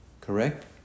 Correct